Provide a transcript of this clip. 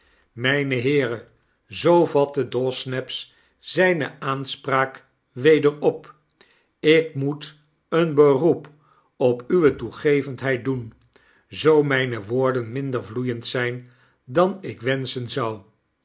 mijne heeren zoo vatte dawsnaps zyne aanspraak weder op ik moet een beroep op uwe toegevendheid doen zoo myne woorden minder vloeiend zyn dan ik wenschen zou